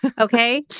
Okay